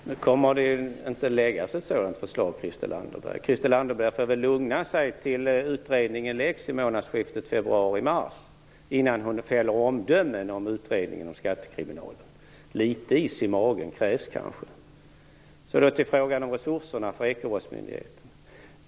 Fru talman! Nu kommer inte ett sådant förslag att läggas fram. Christel Anderberg får väl lugna sig med att fälla omdömen om utredningen rörande skattekriminalen tills utredningen läggs fram vid månadsskiftet februari/mars. Litet is i magen krävs det kanske. Sedan till frågan om resurserna till ekobrottsmyndigheten.